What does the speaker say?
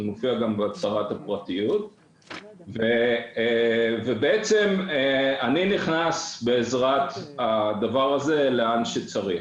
בעזרת הדבר הזה אני בעצם נכנס לאן שצריך.